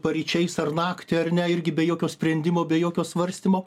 paryčiais ar naktį ar ne irgi be jokio sprendimo be jokio svarstymo